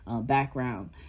background